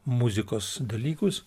muzikos dalykus